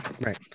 Right